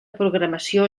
programació